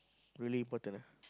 really important ah